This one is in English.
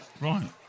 Right